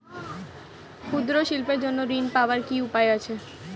ক্ষুদ্র শিল্পের জন্য ঋণ পাওয়ার কি উপায় আছে?